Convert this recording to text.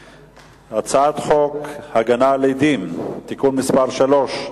הצעת חוק להגנה על עדים (תיקון מס' 3),